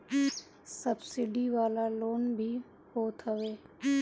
subsidy वाला loan भी होत हवे